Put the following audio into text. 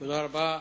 תודה רבה.